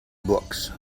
books